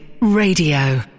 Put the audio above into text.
Radio